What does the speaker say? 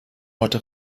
heute